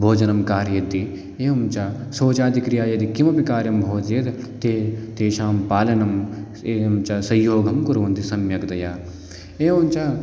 भोजनं कारयति एवञ्च शौचादि क्रिया यदि किमपि कार्यं भवति यद् ते तेषां पालनं श् एवञ्च संयोगं कुर्वन्ति सम्यक्तया एवञ्च